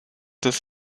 des